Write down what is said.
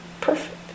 perfect